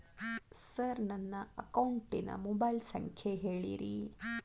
sir ನನ್ನ ಅಕೌಂಟಿನ mobile ಸಂಖ್ಯೆ ಹೇಳಿರಿ